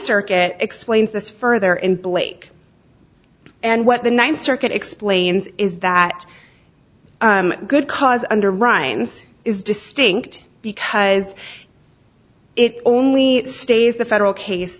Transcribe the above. circuit explains this further in blake and what the ninth circuit explains is that good cause under ryan's is distinct because it only stays the federal case